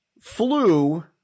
flew